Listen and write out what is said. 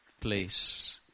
place